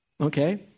okay